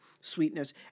sweetness